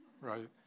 right